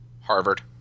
Harvard